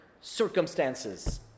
circumstances